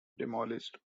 demolished